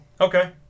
Okay